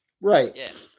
right